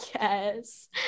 Yes